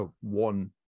one